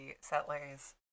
settlers